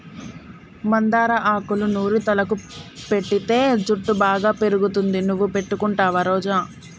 మందార ఆకులూ నూరి తలకు పెటితే జుట్టు బాగా పెరుగుతుంది నువ్వు పెట్టుకుంటావా రోజా